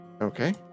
Okay